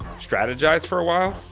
strategize for a while?